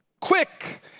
quick